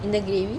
in the gravy